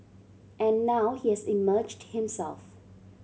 and now he has emerged himself